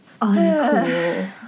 Uncool